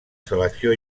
selecció